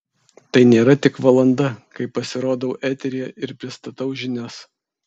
tai nėra tik valanda kai pasirodau eteryje ir pristatau žinias